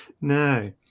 No